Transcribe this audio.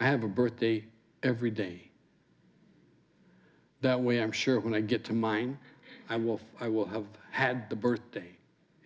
i have a birthday every day that way i'm sure when i get to mine i will i will have had the birthday